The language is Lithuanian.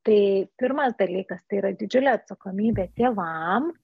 tai pirmas dalykas tai yra didžiulė atsakomybė tėvam